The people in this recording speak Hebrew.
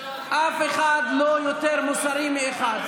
אף אחד לא יותר מוסרי מהאחר.